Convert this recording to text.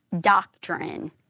doctrine